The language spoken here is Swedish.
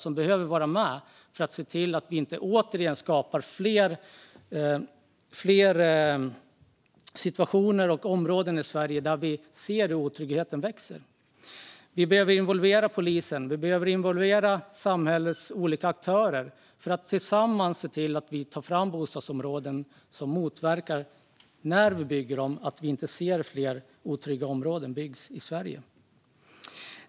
De behöver vara med för att se till att vi inte återigen skapar fler situationer och områden i Sverige där vi ser otryggheten växa. Vi behöver involvera polisen och samhällets olika aktörer för att tillsammans se till att vi tar fram bostadsområden och motverkar att fler otrygga områden byggs i Sverige.